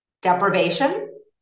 deprivation